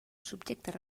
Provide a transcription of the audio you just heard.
subjectes